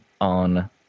on